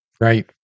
Right